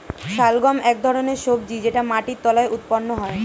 শালগম এক ধরনের সবজি যেটা মাটির তলায় উৎপন্ন হয়